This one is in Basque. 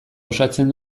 osatzen